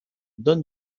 donne